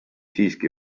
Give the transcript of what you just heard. siiski